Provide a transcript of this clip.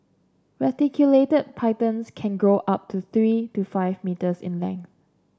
reticulated pythons can grow up to three to five metres in length